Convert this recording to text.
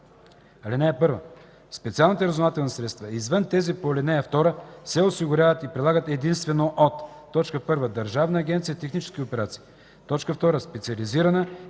„(1) Специалните разузнавателни средства, извън тези по ал. 2, се осигуряват и прилагат единствено от: 1. Държавна агенция „Технически операции”; 2. специализирана